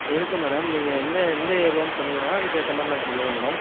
எதுக்கு மேடம் நீங்கள் எந்த எந்த ஏரியான்னு சொன்னிங்கன்னா அதுக்கு ஏற்ற மாதிரி நாங்கள் சொல்லுவோம் மேடம்